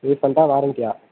ரீஃபண்ட்டா வாரண்ட்டியா